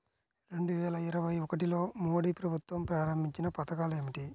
రెండు వేల ఇరవై ఒకటిలో మోడీ ప్రభుత్వం ప్రారంభించిన పథకాలు ఏమిటీ?